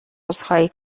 عذرخواهی